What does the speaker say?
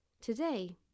Today